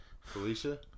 Felicia